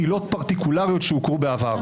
עילות פרטיקולריות שהוכרו בעבר.